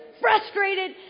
frustrated